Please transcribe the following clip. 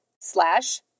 slash